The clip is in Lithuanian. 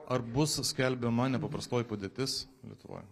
ar bus skelbiama nepaprastoji padėtis lietuvoj